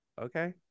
Okay